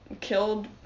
killed